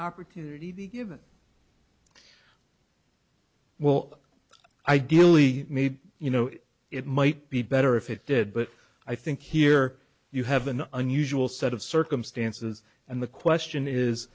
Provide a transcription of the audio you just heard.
opportunity be given well ideally made you know it might be better if it did but i think here you have an unusual set of circumstances and the question is